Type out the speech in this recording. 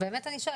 אני באמת שואלת.